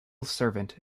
servant